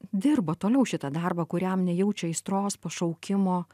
dirba toliau šitą darbą kuriam nejaučia aistros pašaukimo